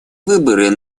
выборы